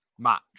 match